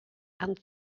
and